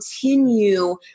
continue